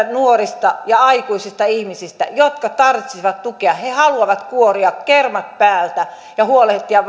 nuorista ja aikuisista ihmisistä jotka tarvitsisivat tukea he haluavat kuoria kermat päältä ja huolehtia